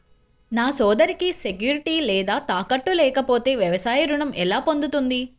నా సోదరికి సెక్యూరిటీ లేదా తాకట్టు లేకపోతే వ్యవసాయ రుణం ఎలా పొందుతుంది?